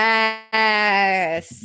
Yes